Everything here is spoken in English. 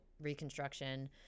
reconstruction